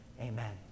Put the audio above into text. Amen